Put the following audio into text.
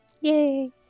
yay